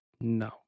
No